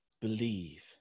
believe